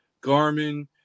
Garmin